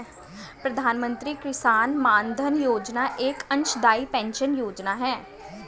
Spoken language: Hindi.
प्रधानमंत्री किसान मानधन योजना एक अंशदाई पेंशन योजना है